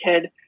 kid